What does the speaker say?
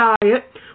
diet